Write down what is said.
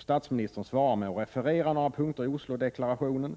Statsministern svarar genom att referera vad som sägas på några punkter i Oslodeklarationen.